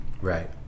Right